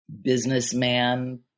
businessman